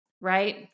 right